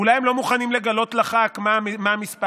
אולי הם לא מוכנים לגלות לח"כ מה המספר.